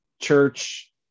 Church